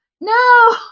no